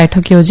બેઠક યોજી